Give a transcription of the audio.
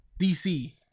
DC